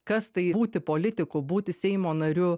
kas tai būti politiku būti seimo nariu